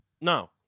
No